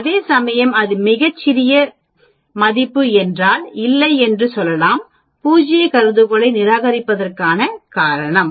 அதேசமயம் அது மிகச் சிறிய மதிப்பு என்றால் இல்லை என்று சொல்லலாம் பூஜ்ய கருதுகோளை நிராகரிப்பதற்கான காரணம்